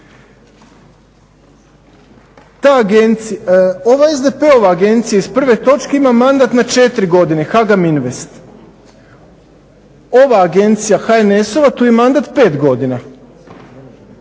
Ova SDP-ova agencija iz prve točke ima mandat na 4 godine HAGAM Invest. Ova agencija HNS-ova tu je mandat 5 godina.